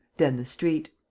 then the street.